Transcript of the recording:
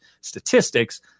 statistics